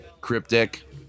Cryptic